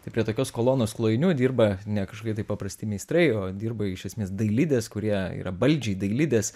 tai prie tokios kolonos klojinių dirba ne kažkokie tai paprasti meistrai o dirba iš esmės dailidės kurie yra baldžiai dailidės